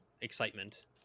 excitement